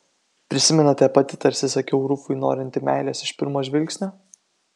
prisimenate pati tarsi sakiau rufui norinti meilės iš pirmo žvilgsnio